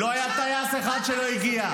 לא היה טייס אחד שלא הגיע.